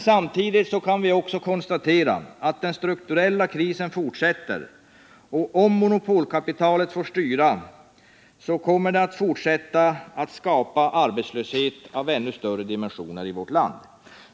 Samtidigt kan vi också konstatera att den strukturella krisen fortsätter. Om monopolkapitalet får styra kommer det att fortsätta att skapa arbetslöshet av ännu större dimensioner i vårt land.